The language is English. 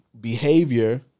behavior